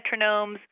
metronomes